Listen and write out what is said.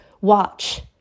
watch